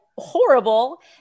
horrible